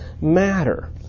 matter